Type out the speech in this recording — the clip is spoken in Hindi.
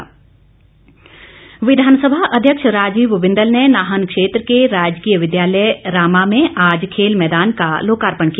बिंदल विधानसभा अध्यक्ष राजीव बिंदल ने नाहन क्षेत्र के राजकीय विद्यालय रामा में आज खेल भैदान का लोकार्पण किया